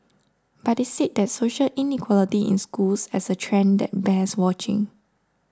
but they said that social inequality in schools is a trend that bears watching